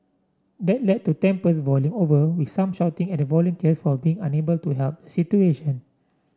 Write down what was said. that led to tempers boiling over with some shouting at the volunteers for being unable to help situation